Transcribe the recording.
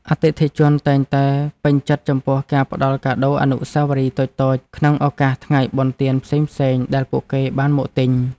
អតិថិជនតែងតែពេញចិត្តចំពោះការផ្តល់កាដូអនុស្សាវរីយ៍តូចៗក្នុងឱកាសថ្ងៃបុណ្យទានផ្សេងៗដែលពួកគេបានមកទិញ។